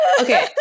Okay